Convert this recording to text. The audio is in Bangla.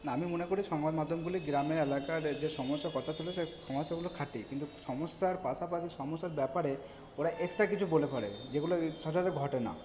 না আমি মনে করি সংবাদ মাধ্যমগুলি গ্রামে এলাকার এই যে সমস্যার কথা তুলেছে সমস্যাগুলো খাটে কিন্তু সমস্যার পাশাপাশি সমস্যার ব্যাপারে ওরা এক্সট্রা কিছু বলে যেগুলো সচরাচর ঘটে না